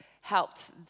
helped